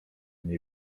nie